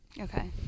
okay